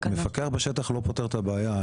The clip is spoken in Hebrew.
מפקח בשטח לא פותר את הבעיה,